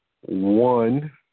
one